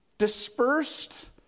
dispersed